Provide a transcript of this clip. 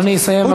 אדוני יסיים,